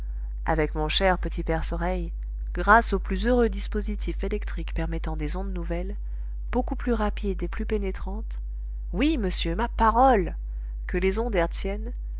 avec mon cher petit perce oreille grâce au plus heureux dispositif électrique permettant des ondes nouvelles beaucoup plus rapides et plus pénétrantes oui monsieur ma parole que les ondes